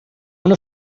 una